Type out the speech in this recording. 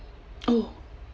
oh